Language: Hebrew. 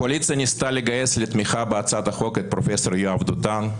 הקואליציה ניסתה לגייס לתמיכה בהצעת החוק את פרופ' יואב דותן,